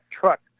truck